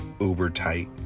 uber-tight